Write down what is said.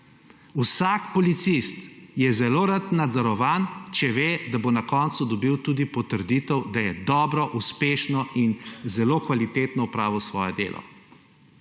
Vsak policist je zelo rad nadzorovan, če ve, da bo na koncu dobil tudi potrditev, da je dobro, uspešno in zelo kvalitetno opravil svoje delo.